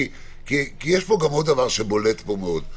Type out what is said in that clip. כי יש פה עוד דבר שבולט פה מאוד,